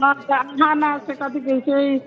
अहाँ ने से कथी कहैत छै